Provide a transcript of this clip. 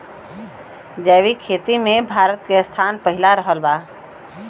जैविक खेती मे भारत के स्थान पहिला रहल बा